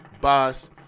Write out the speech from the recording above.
Boss